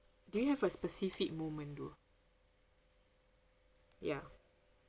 do you have a specific moment though ya